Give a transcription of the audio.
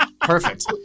Perfect